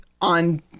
on